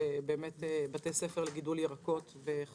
לבתי ספר לגידול ירקות,